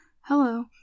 Hello